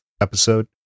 episode